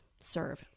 serve